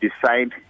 decide